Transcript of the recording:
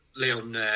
Leon